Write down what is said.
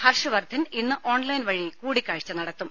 ഹർഷ് വർധൻ ഇന്ന് ഓൺലൈൻ വഴി കൂടിക്കാഴ്ച നടത്തും